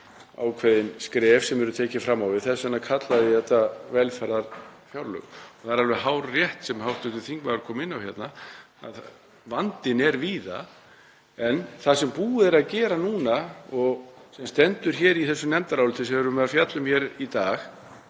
ákveðin skref sem eru tekin fram á við og þess vegna kallaði ég þetta velferðarfjárlög. Það er alveg hárrétt sem hv. þingmaður kom inn á að vandinn er víða en það sem búið er að gera núna og sem stendur í þessu nefndaráliti sem við erum að fjalla um hér í dag,